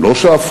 הם לא שאפו?